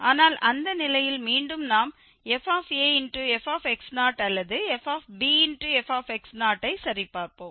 ஆனால் அந்த நிலையில் மீண்டும் நாம் ff அல்லது ffஐ சரிபார்ப்போம்